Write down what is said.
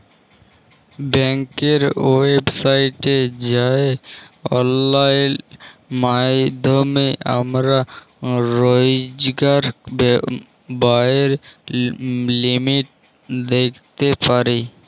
ব্যাংকের ওয়েবসাইটে যাঁয়ে অললাইল মাইধ্যমে আমরা রইজকার ব্যায়ের লিমিট দ্যাইখতে পারি